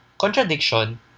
contradiction